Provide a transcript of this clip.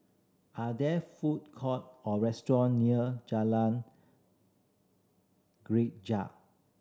are there food court or restaurant near Jalan Greja